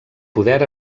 poder